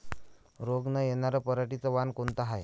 रोग न येनार पराटीचं वान कोनतं हाये?